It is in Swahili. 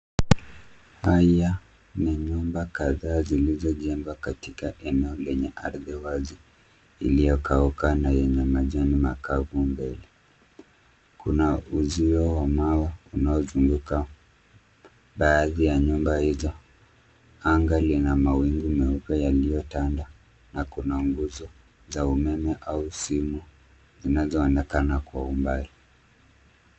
Haya ni nyumba kadhaa zilizojengwa katika eneo lenye ardhi wazi iliyokauka na yenye majani makavu mbele. Kuna uzio wa mawe unaozunguka baadhi ya nyumba hizo. Anga lina mawingu meupe yaliyotanda na kuna nguzo za umeme au simu zinazoonekana kwa umbali.